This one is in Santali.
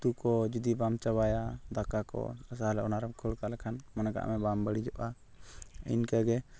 ᱩᱛᱩ ᱠᱚ ᱡᱩᱫᱤ ᱵᱟᱢ ᱪᱟᱵᱟᱭᱟ ᱫᱟᱠᱟ ᱠᱚ ᱛᱟᱦᱚᱞᱮ ᱚᱱᱟᱨᱮᱢ ᱠᱷᱟᱹᱲᱠᱟᱜ ᱞᱮᱠᱷᱟᱱ ᱢᱚᱱᱮ ᱠᱟᱜ ᱢᱮ ᱵᱟᱝ ᱵᱟᱹᱲᱤᱡᱚᱜᱼᱟ ᱤᱱᱠᱟᱹᱜᱮ